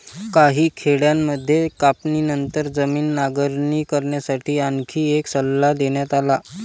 काही खेड्यांमध्ये कापणीनंतर जमीन नांगरणी करण्यासाठी आणखी एक सल्ला देण्यात आला